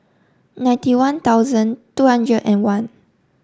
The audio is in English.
ninety one thousand two hundred and one